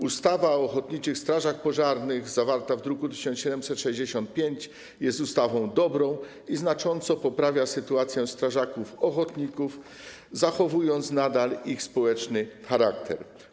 Ustawa o ochotniczych strażach pożarnych, zawarta w druku nr 1765, jest ustawą dobrą i znacząco poprawia sytuację strażaków ochotników, zachowując nadal ich społeczny charakter.